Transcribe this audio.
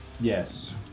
Yes